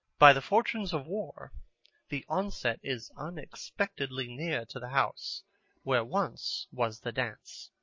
by the fortunes of war the onset is unexpectedly near to the house where once was the dance.